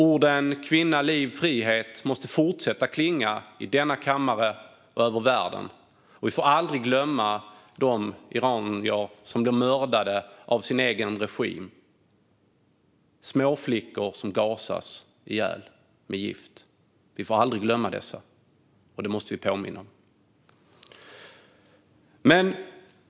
Orden kvinna, liv, frihet måste fortsätta att klinga i denna kammare och över världen, och vi får aldrig glömma de iranier som blev mördade av sin egen regim. Vi får aldrig glömma de småflickor som gasas ihjäl med gift.